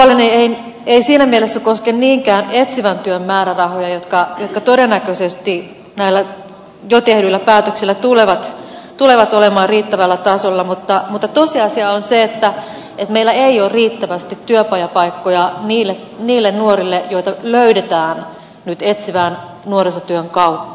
huoleni ei siinä mielessä koske niinkään etsivän työn määrärahoja jotka todennäköisesti näillä jo tehdyillä päätöksillä tulevat olemaan riittävällä tasolla mutta tosiasia on se että meillä ei ole riittävästi työpajapaikkoja niille nuorille joita löydetään nyt etsivän nuorisotyön kautta